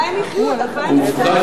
אולי הם יחיו עד 2012. לנזקקים אין,